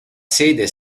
sede